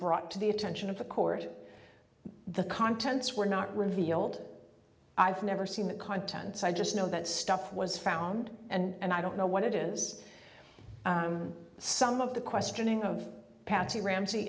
brought to the attention of the court the contents were not revealed i've never seen the contents i just know that stuff was found and i don't know what it is some of the questioning of patsy ramsey